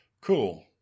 Cool